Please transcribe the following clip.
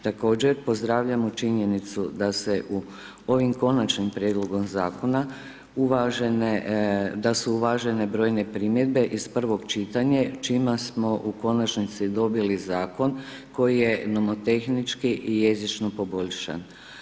Također pozdravljamo činjenicu da se u ovim konačnim prijedlogom zakona, da su uvažene brojne primjedbe iz prvog čitanja, čime smo u konačnici dobili zakona koji je nomotehnički i jezično poboljšan.